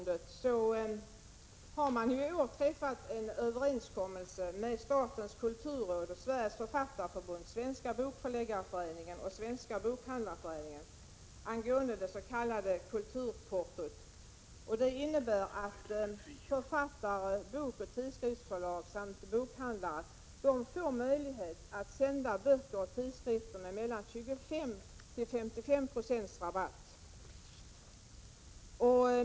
Det har i år träffats en överenskommelse med statens kulturråd, Sveriges Författarförbund, Svenska bokförläggareföreningen och Svenska bokhandlareföreningen angående dets.k. kulturportot. Överenskommelsen går ut på att författare, bokoch tidskriftsförlag samt bokhandlare ges möjlighet att sända böcker och tidskrifter med mellan 25 och 55 procents rabatt.